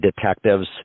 detectives